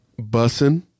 bussin